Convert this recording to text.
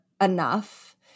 enough